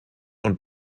und